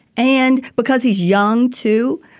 and because he's young, too.